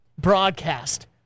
broadcast